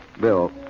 Bill